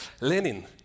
Lenin